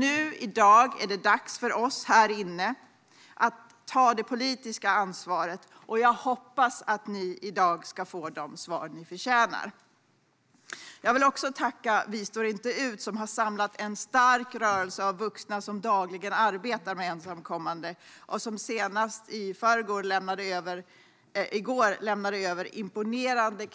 Nu är det dags för oss här inne att ta det politiska ansvaret, och jag hoppas att ni i dag ska få de svar som ni förtjänar. Jag vill också tacka Vi står inte ut, som har samlat en stark rörelse av vuxna som dagligen arbetar med ensamkommande och som senast i går lämnade över